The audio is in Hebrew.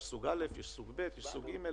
יש סוג א', יש סוג ב', יש סוג ג'.